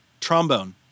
Trombone